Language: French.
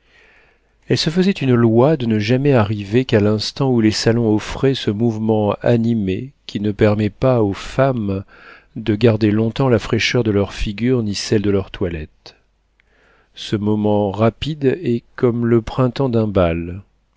elle se faisait une loi de ne jamais arriver qu'à l'instant où les salons offraient ce mouvement animé qui ne permet pas aux femmes de garder long-temps la fraîcheur de leurs figures ni celle de leurs toilettes ce moment rapide est comme le printemps d'un bal